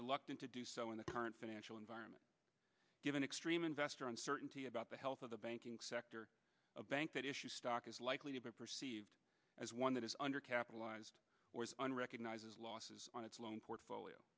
reluctant to do so in the current financial environment given extreme investor uncertainty about the health of the banking sector a bank that issue stock is likely to be perceived as one that is under capitalized on recognizes losses on its loan portfolio